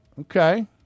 Okay